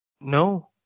No